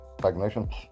technicians